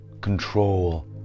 Control